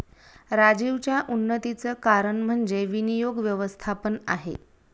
राजीवच्या उन्नतीचं कारण म्हणजे विनियोग व्यवस्थापन आहे